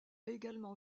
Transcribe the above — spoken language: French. également